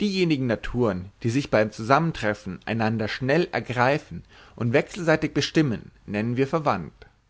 diejenigen naturen die sich beim zusammentreffen einander schnell ergreifen und wechselseitig bestimmen nennen wir